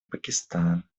пакистан